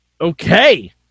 Okay